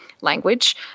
language